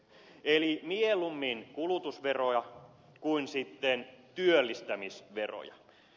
eli mieluummin kulutusveroja kuin sitten työllistämisveroja